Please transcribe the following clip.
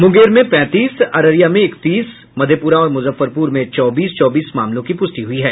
मुंगेर में पैंतीस अररिया में इकतीस मधेपुरा और मुजफ्फरपुर में चौबीस चौबीस मामलों की पुष्टि हुई है